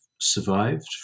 survived